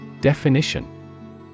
Definition